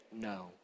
no